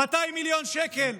200 מיליון שקל.